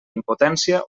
impotència